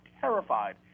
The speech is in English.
terrified